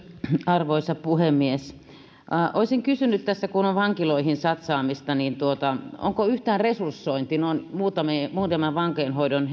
arvoisa puhemies olisin kysynyt tässä kun on vankiloihin satsaamista onko yhtään resursoitu olen muutamia vankeinhoidon